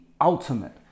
ultimate